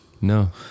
No